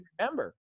remember